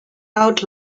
out